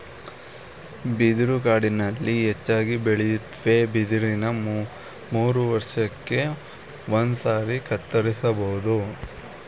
ಬಿದಿರು ಕಾಡಿನಲ್ಲಿ ಹೆಚ್ಚಾಗಿ ಬೆಳೆಯುತ್ವೆ ಬಿದಿರನ್ನ ಮೂರುವರ್ಷಕ್ಕೆ ಒಂದ್ಸಾರಿ ಕತ್ತರಿಸ್ಬೋದು